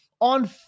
on